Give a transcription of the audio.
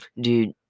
dude